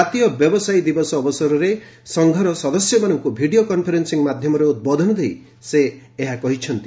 କାତୀୟ ବ୍ୟବସାୟୀ ଦିବସ ଅବସରରେ ସଂଘର ସଦସ୍ୟମାନଙ୍କୁ ଭିଡ଼ିଓ କନ୍ଫରେନ୍ବିଂ ମାଧ୍ୟମରେ ଉଦ୍ବୋଧନ ଦେଇ ସେ ଏହା କହିଛନ୍ତି